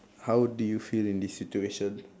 how do you feel in this situation